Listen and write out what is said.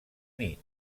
nit